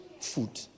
food